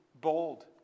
bold